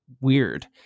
weird